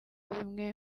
bimwe